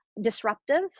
disruptive